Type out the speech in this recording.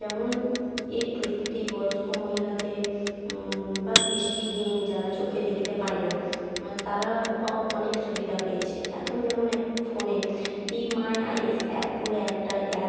যেমন এই প্রযুক্তি বয়স্ক মহিলাদের বা দৃষ্টিহীন যারা চোখে দেখতে পায় না বা তারাও অনেক সুবিধা পেয়েছে এখন যেমন এক ফোনে বি মাই আইস অ্যাপ বলে একটা অ্যাপ